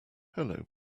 hello